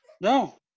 No